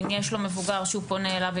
אם יש לו מבוגר שהוא פונה אליו,